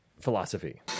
philosophy